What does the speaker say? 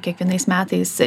kiekvienais metais